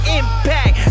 impact